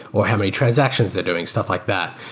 or how many transactions they're doing, stuff like that,